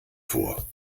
vor